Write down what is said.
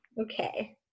Okay